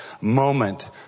moment